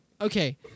Okay